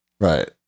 Right